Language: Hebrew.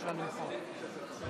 תעזרו לנו לעשות קצת שקט.